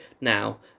now